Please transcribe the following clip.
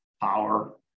power